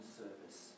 service